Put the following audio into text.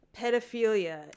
pedophilia